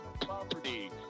Property